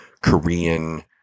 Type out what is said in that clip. Korean